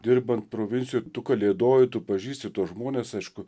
dirbant provincijoj kalėdoji tu pažįsti tuos žmones aišku